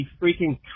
freaking